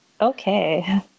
okay